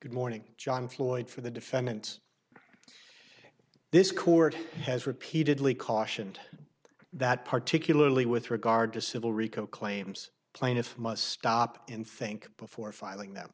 good morning john floyd for the defendant this court has repeatedly cautioned that particularly with regard to civil rico claims plaintiff must stop and think before filing them